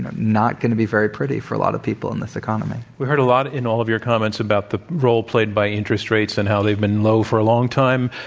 not going to be very pretty for a lot of people in this economy. we heard a lot in all of your comments about the role played by interest rates and how they've been low for a long time.